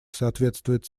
соответствует